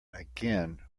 again